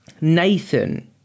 nathan